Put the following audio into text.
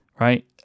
Right